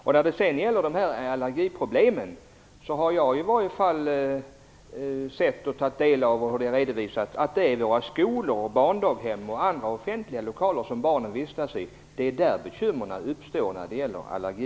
Den redovisning som jag har tagit del av har i varje fall angivit att allergibekymren uppstår i våra skolor, barndaghem och andra offentliga lokaler som barnen vistas i.